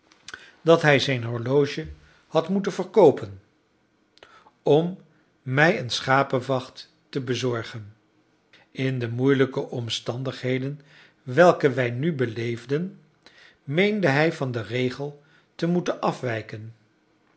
dat hij zijn horloge had moeten verkoopen om mij een schapevacht te bezorgen in de moeilijke omstandigheden welke wij nu beleefden meende hij van den regel te moeten afwijken